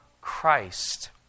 Christ